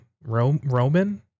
Roman